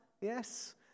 Yes